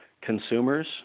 consumers